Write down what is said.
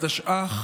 התשע"ח